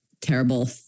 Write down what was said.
terrible